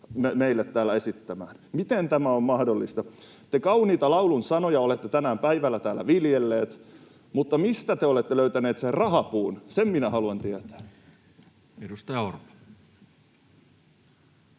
meille täällä esittämään. Miten tämä on mahdollista? Te kauniita laulunsanoja olette tänään päivällä täällä viljelleet, mutta mistä te olette löytäneet sen rahapuun? Sen minä haluan tietää. [Speech 214]